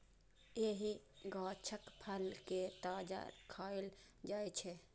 एहि गाछक फल कें ताजा खाएल जाइ छै